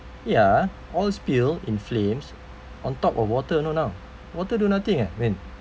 ya oil spill in flames on top of water you know now water do nothing eh min